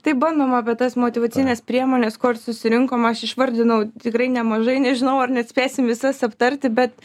tai bandom apie tas motyvacines priemones ko ir susirinkom aš išvardinau tikrai nemažai nežinau ar net spėsim visas aptarti bet